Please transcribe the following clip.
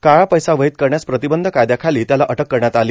काळा पैसा वैध करण्यास प्रतिबंध कायदयाखाली त्याला अटक करण्यात आली